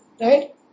right